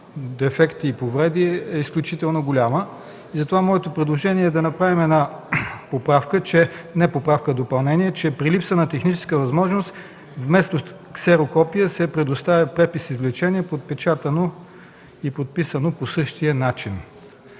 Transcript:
дефекти и повреди е изключително голяма. Предложението ми е да направим допълнение, че при липса на техническа възможност вместо ксерокопие се предоставя препис-извлечение, подпечатано и подписано по същия начин.